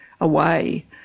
away